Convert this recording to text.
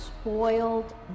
spoiled